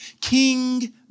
king